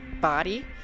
body